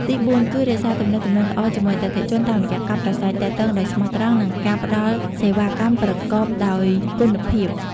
ទីបួន គឺ រក្សាទំនាក់ទំនងល្អជាមួយអតិថិជន តាមរយៈការប្រាស្រ័យទាក់ទងដោយស្មោះត្រង់ និងការផ្តល់សេវាកម្មប្រកបដោយគុណភាព។